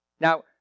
Now